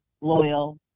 loyal